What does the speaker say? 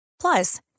Plus